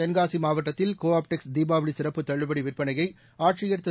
தென்காசி மாவட்டத்தில் கோ ஆப்டெக்ஸ் தீபாவளி சிறப்பு தள்ளுபடி விற்பனையை ஆட்சியர் திரு